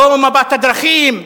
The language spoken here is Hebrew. לא מפת הדרכים,